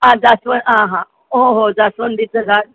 हां जास्वंद आ हां हो हो जास्वंदीचं झाड